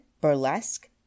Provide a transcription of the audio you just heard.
burlesque